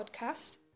podcast